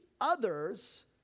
others